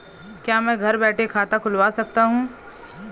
क्या मैं घर बैठे खाता खुलवा सकता हूँ?